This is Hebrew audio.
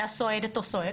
אותה סוהרת או סוהר.